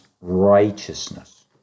righteousness